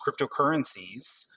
cryptocurrencies